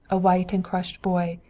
a white and crushed boy,